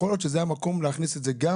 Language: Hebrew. יכול להיות שזה המקום להכניס את זה גם